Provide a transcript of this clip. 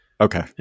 Okay